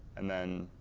and then